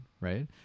right